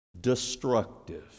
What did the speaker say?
destructive